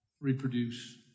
reproduce